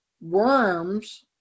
worms